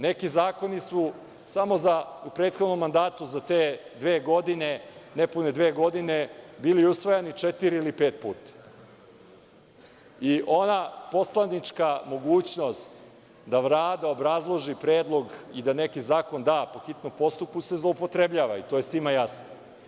Neki zakoni su u prethodnom mandatu za te dve, nepune dve godine bili usvajani četiri ili pet puta i ona poslanička mogućnost da Vlada obrazloži predlog i da neki zakon da po hitnom postupku se zloupotrebljava i to je svima jasno.